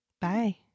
bye